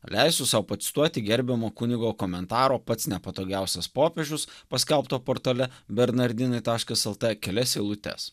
leisiu sau pacituoti gerbiamo kunigo komentaro pats nepatogiausias popiežius paskelbto portale bernardinai taškas lt kelias eilutes